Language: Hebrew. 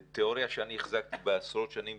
תיאוריה שאני החזקתי בה עשרות שנים,